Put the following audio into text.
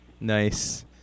Nice